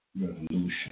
Revolution